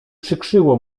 przykrzyło